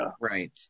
Right